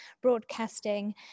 broadcasting